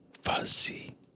fuzzy